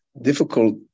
difficult